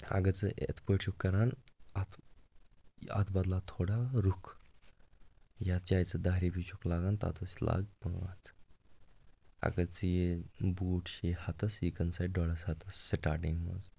اگر ژٕ یِتھٕ پٲٹھۍ چھُکھ کَران اَتھ اَتھ بدلاو تھوڑا رُخ یَتھ جایہِ ژٕ دَہ رۄپیہِ چھُکھ لَگان تَتس لاگ پانٛژھ اگر ژٕ یہِ بوٗٹھ چھُے ہَتَس یہِ کٕن سا ڈۄڈَس ہَتَس سٹاٹِنٛگ منٛز